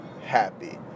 happy